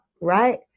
right